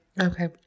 okay